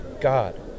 God